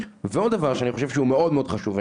ועוד דבר שאני חושב שהוא מאוד מאוד חשוב,